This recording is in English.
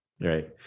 Right